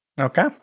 Okay